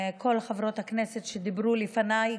כל חברות הכנסת שדיברו לפניי,